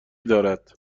دارد